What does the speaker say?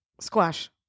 Squash